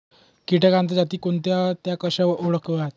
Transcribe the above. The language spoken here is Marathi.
किटकांच्या जाती कोणत्या? त्या कशा ओळखाव्यात?